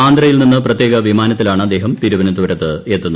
ആന്ധ്രയിൽ നിന്ന് പ്രത്യേക വിമാനത്തിലാണ് അദ്ദേഹം തിരുവനന്തപുരത്തെത്തുന്നത്